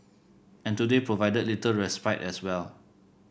and today provided little respite as well